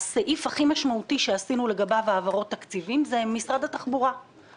הסעיף המשמעותי ביותר שבו ביצענו העברות תקציב הוא תחום התחבורה.